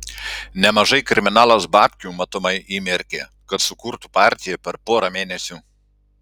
nemažai kriminalas babkių matomai įmerkė kad sukurtų partiją per porą mėnesių